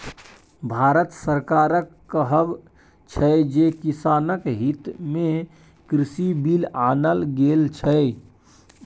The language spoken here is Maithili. भारत सरकारक कहब छै जे किसानक हितमे कृषि बिल आनल गेल छै